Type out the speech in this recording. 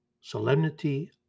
Solemnity